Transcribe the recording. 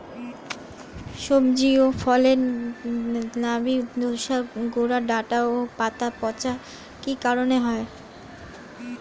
সবজি ও ফসলে নাবি ধসা গোরা ডাঁটা ও পাতা পচা কি কারণে হয়?